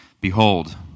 Behold